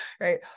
right